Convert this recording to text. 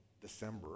December